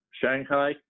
Shanghai